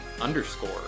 underscore